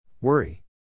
Worry